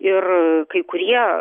ir kai kurie